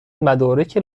مدارک